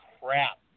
crap